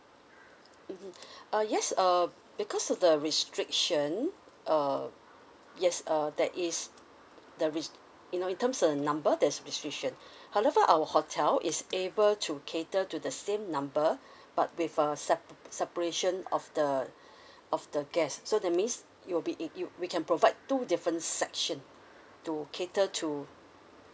mmhmm uh yes uh because of the restriction uh yes uh there is the res~ you know in terms of number there's restriction however our hotel is able to cater to the same number but with uh se~ separation of the of the guests so that means you will be it we can provide two difference section to cater to